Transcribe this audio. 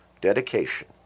dedication